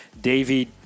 Davey